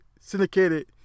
syndicated